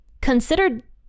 considered